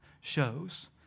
shows